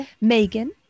Megan